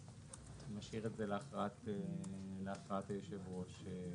אני משאיר את זה להכרעת היושב ראש.